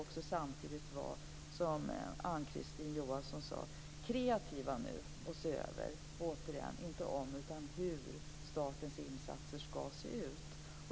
Men låt oss samtidigt, som Ann-Kristine Johansson sade återigen se över hur - det gäller då inte om - statens insatser ska se ut.